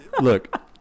look